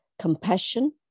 compassion